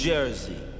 Jersey